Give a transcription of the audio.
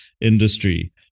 industry